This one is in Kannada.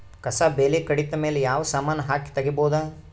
ಕಸಾ ಬೇಲಿ ಕಡಿತ ಮೇಲೆ ಯಾವ ಸಮಾನ ಹಾಕಿ ತಗಿಬೊದ?